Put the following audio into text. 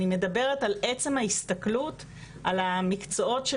אני מדברת על עצם ההסתכלות על המקצועות של